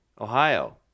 Ohio